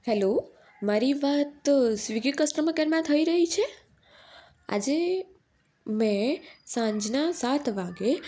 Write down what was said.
hello મારી વાત Swiggy customer કેરમાં થઈ રહી છે આજે મેં સાંજનાં સાત વાગ્યે